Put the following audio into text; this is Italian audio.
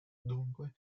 dunque